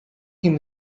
him